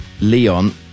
Leon